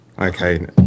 okay